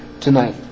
tonight